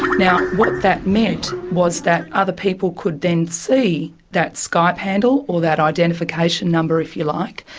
now, what that meant was that other people could then see that skype handle or that identification number, if you like,